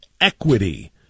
equity